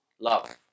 love